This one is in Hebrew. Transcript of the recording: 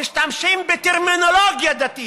משתמשים בטרמינולוגיה דתית,